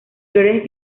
flores